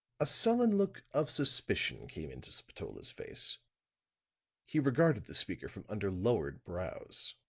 a sullen look of suspicion came into spatola's face he regarded the speaker from under lowered brows.